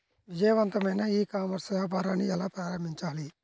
విజయవంతమైన e commerce వ్యాపారాన్ని ఎలా ప్రారంభించాలి?